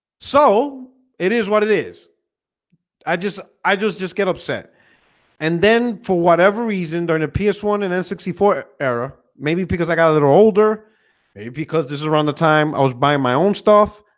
so it is what it is i just i just just get upset and then for whatever reason during a p s one and n six four era maybe because i got a little older maybe because this is around the time i was buying my own stuff.